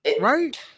Right